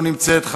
לא נמצאת,